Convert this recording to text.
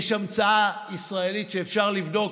יש המצאה ישראלית שאפשר לבדוק,